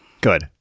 Good